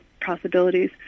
possibilities